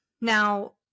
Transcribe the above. Now